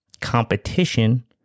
competition